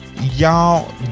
y'all